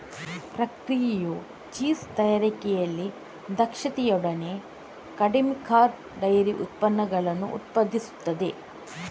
ಪ್ರಕ್ರಿಯೆಯು ಚೀಸ್ ತಯಾರಿಕೆಯಲ್ಲಿ ದಕ್ಷತೆಯೊಡನೆ ಕಡಿಮೆ ಕಾರ್ಬ್ ಡೈರಿ ಉತ್ಪನ್ನಗಳನ್ನು ಉತ್ಪಾದಿಸುತ್ತದೆ